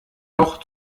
auch